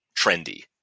trendy